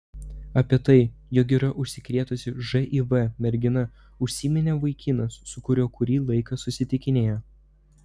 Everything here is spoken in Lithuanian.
apie tai jog yra užsikrėtusi živ merginai užsiminė vaikinas su kuriuo kurį laiką susitikinėjo